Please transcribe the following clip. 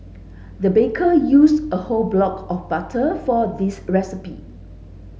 the baker use a whole block of butter for this recipe